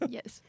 Yes